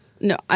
No